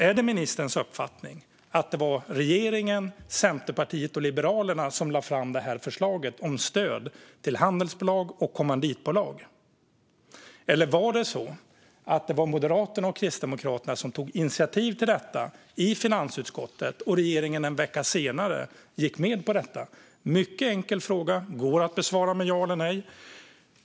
Är det ministerns uppfattning att det var regeringen, Centerpartiet och Liberalerna som lade fram förslaget om stöd till handelsbolag och kommanditbolag, eller var det så att det var Moderaterna och Kristdemokraterna som tog initiativ till detta i finansutskottet och att regeringen en vecka senare gick med på det? Det är en mycket enkel fråga som går att besvara med ja eller nej.